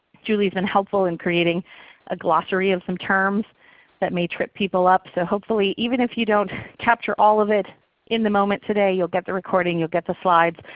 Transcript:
julie has been helpful in creating a glossary of some terms that may trip people up. so hopefully, even if you don't capture all of it in the moment today you'll get the recording, you'll get the slides,